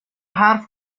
حرف